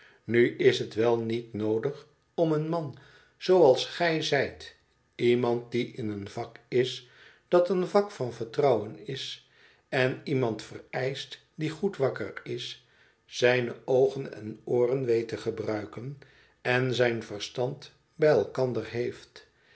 nu is het wel niet noodig om een man zooals gij zijt iemand die in een vak is dat een vak van vertrouwen is en iemand vereischt die goed wakker is zijne oogen en ooren weet te gebruiken en zijn verstand bij elkander heeft